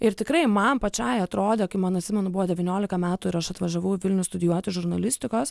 ir tikrai man pačiai atrodė kaip man atsimenu buvo devyniolika metų ir aš atvažiavau į vilnių studijuoti žurnalistikos